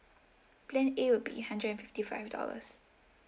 plan A will be hundred and fifty five dollars